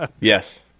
yes